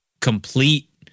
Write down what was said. complete